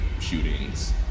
shootings